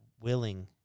willing